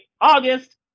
August